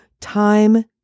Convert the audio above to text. Time